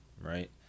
right